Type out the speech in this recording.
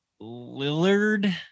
Lillard